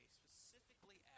specifically